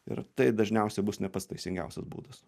ir tai dažniausiai bus ne pats teisingiausias būdas